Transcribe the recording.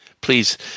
please